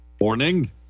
morning